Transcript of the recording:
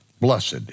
Blessed